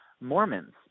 Mormons